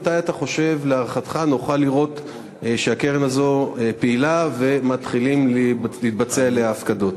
מתי להערכתך נוכל לראות שהקרן הזאת פעילה ומתחילות להתבצע אליה הפקדות?